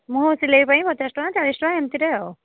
ମୁହଁ ସିଲାଇ ପାଇଁ ପଚାଶ ଟଙ୍କା ଚାଳିଶ ଟଙ୍କା ଏମିତିରେ ଆଉ